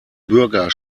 bürger